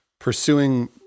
pursuing